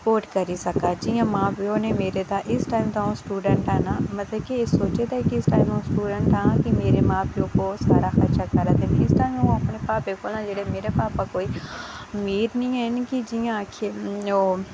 sport करी सकां जि'यां मां प्यो नै मेरे ताईं इस टाइम तां अ'ऊ स्टूडेंट ऐ ना ते में सोचे दा कि इस टाईम अ'ऊ स्टूडेंट आं ते मेरे मां प्यो कोल सारा खर्चा करा दे ते जिस टाईम मेरे भापा मेरे भापा कोई अमीर निं हैन की जि'यां आक्खो